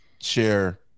share